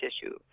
tissue